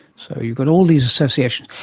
so you've got all these associations.